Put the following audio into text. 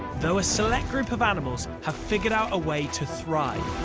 though a select group of animals have figured out a way to thrive.